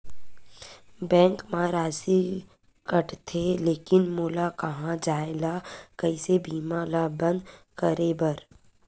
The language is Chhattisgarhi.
बैंक मा राशि कटथे लेकिन मोला कहां जाय ला कइसे बीमा ला बंद करे बार?